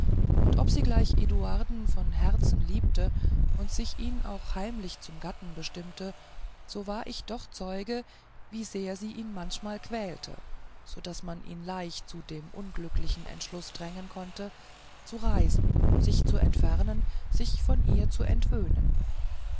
und ob sie gleich eduarden von herzen liebte und sich ihn auch heimlich zum gatten bestimmte so war ich doch zeuge wie sehr sie ihn manchmal quälte so daß man ihn leicht zu dem unglücklichen entschluß drängen konnte zu reisen sich zu entfernen sich von ihr zu entwöhnen